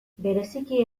bereziki